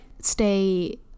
stay